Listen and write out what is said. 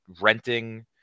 renting